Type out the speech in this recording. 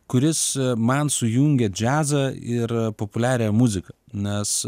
kuris man sujungia džiazą ir populiarią muziką nes